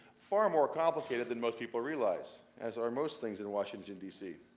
far more complicated than most people realize, as are most things in washington d c.